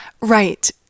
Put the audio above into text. Right